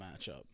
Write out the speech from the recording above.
matchup